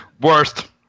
Worst